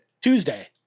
Tuesday